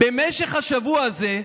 במשך השבוע הזה,